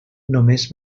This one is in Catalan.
només